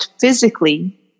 physically